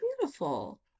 beautiful